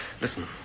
Listen